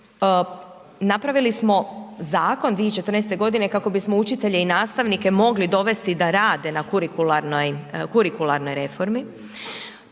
napravili smo zakon 2014. godine kako bismo učitelje i nastavnike mogli dovesti da rade na Kurikularnoj reformi.